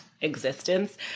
existence